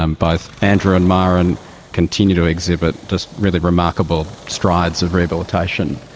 um both andrew and myuran continue to exhibit just really remarkable strides of rehabilitation.